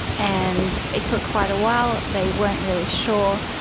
and it took quite a while. they weren't really sure,